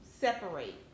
separate